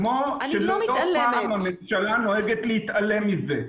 כמו שבכל פעם הממשלה נוהגת להתעלם מזה.